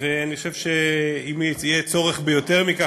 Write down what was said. ואני חושב שאם יהיה צורך ביותר מכך,